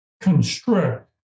constrict